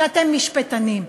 שאתם משפטנים,